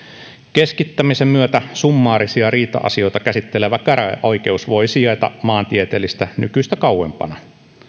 keskittämisen myötä summaarisia riita asioita käsittelevä käräjäoikeus voi sijaita maantieteellisesti nykyistä kauempana